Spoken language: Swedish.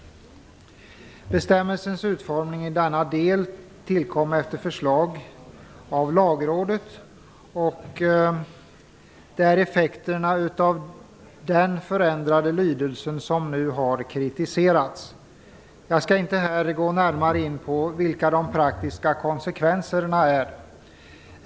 Bestämmelsens utformning i denna del tillkom efter förslag av Lagrådet. Det är effekterna av den förändrade lydelsen som nu har kritiserats. Jag skall inte här gå närmare in på vilka de praktiska konsekvenserna är.